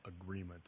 agreement